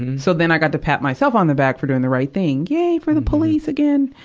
and so then, i got to pat myself on the back for doing the right thing. yeah, for the police again!